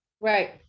Right